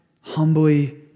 humbly